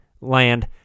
land